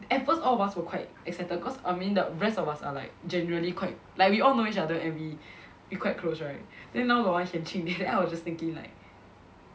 at first all of us were quite excited cause I mean the rest of us are like generally quite like we all know each other and we we quite close right there now got one Hian Ching then I was just thinking like